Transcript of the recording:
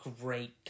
great